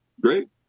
Great